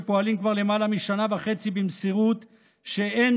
שפועלים כבר למעלה משנה וחצי במסירות שאין